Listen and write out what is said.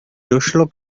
došlo